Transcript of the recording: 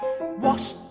Wash